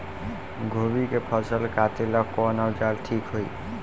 गोभी के फसल काटेला कवन औजार ठीक होई?